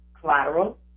collateral